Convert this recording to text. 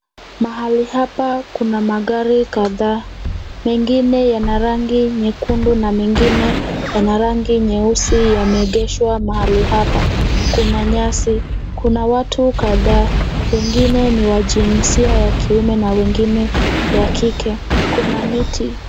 Mahali hapa kuna magari kadhaa, mengine yana rangi nyekundu na mengine yana rangi nyeusi yameegeshwa mahali hapa. Kuna nyasi, kuna watu kadhaa, wengine ni wa jinsia ya kiume na wengine ya kike. Kuna miti.